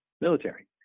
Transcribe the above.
military